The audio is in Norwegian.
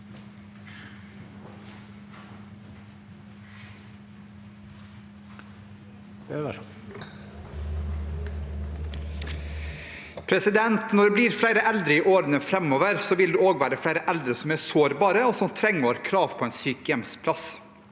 Når vi blir flere eldre i årene framover, vil det også være flere eldre som er sårbare, og som trenger og har krav på en sykehjemsplass.